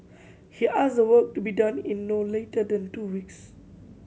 he asked the work to be done in no later than two weeks